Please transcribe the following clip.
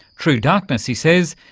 true darkness, he says,